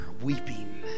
weeping